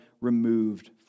removed